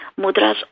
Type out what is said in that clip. mudras